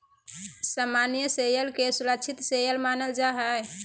सामान्य शेयर के सुरक्षित शेयर मानल जा हय